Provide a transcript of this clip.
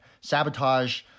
sabotage